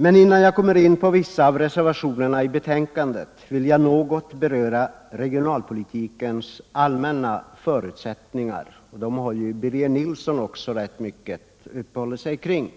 Men innan jag går in på vissa av reservationerna i betänkandet vill jag något beröra regionalpolitikens allmänna förutsättningar, och dem har ju också Birger Nilsson rätt mycket uppehållit sig vid.